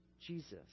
Jesus